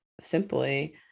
simply